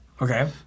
Okay